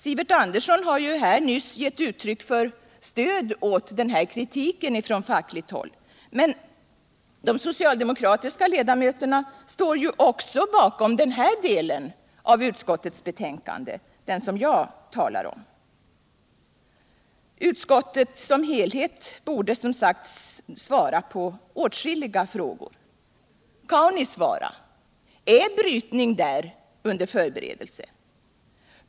Sivert Andersson har här nyss gett uttryck för stöd åt kritiken från fackligt håll, men de socialdemokratiska ledamöterna står ju också bakom den del av utskottets betänkande som jag talar om. Utskottet som helhet borde som sagt svara på åtskilliga frågor. Kaunisvaara — är brytning där under förberedelse?